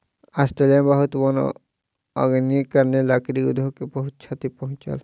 Australia में बहुत वन अग्निक कारणेँ, लकड़ी उद्योग के बहुत क्षति पहुँचल